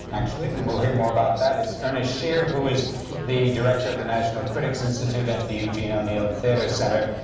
actually. we will hear more about that is ernest schier, who is the director of the national critics' institute at the eugene o'neill theatre center,